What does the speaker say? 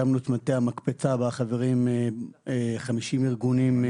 הקמנו את מטה "המקפצה" בה חברים 50 ארגונים.